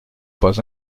pas